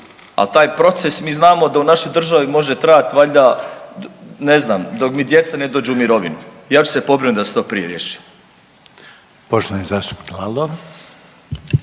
a taj proces mi znamo da u našoj državi može trajat valjda ne znam dok mi djeca ne dođu u mirovinu, ja ću se pobrinuti da se to prije riješi. **Reiner, Željko